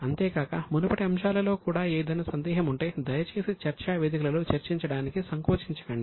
అంతేకాక మునుపటి అంశాలలో కూడా ఏదైనా సందేహం ఉంటే దయచేసి చర్చా వేదికలలో చర్చించడానికి సంకోచించకండి